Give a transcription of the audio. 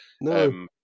no